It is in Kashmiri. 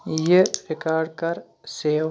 یہِ ریکاڈ کَر سیو